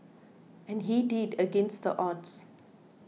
and he did against the odds